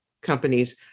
companies